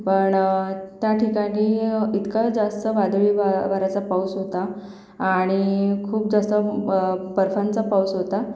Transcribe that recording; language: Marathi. पण त्या ठिकाणी इतका जास्त वादळी वा वाऱ्याचा पाऊस होता आणि खूप जास्त बर्फांचा पाऊस होता